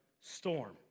storm